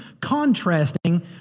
contrasting